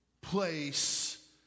place